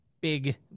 big